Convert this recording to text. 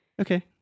Okay